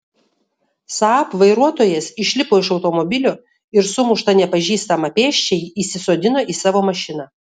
saab vairuotojas išlipo iš automobilio ir sumuštą nepažįstamą pėsčiąjį įsisodino į savo mašiną